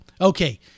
Okay